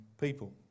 people